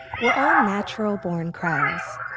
we're all natural-born criers.